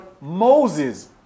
Moses